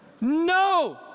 No